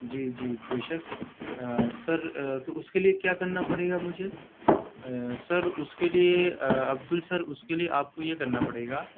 جی جی بےشک سر تو اس کے لیے کیا کرنا پڑے گا مجھے سر اس کے لیے عبدل سر اس کے لئے آپ کو یہ کرنا پڑے گا